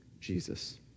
Jesus